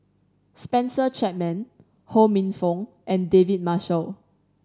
Spencer Chapman Ho Minfong and David Marshall